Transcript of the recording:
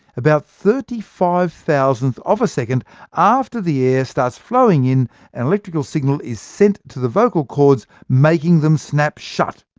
about thirty five thousandths of a second after the air starts flowing in, an electrical signal is sent to the vocal cords, making them snap shut.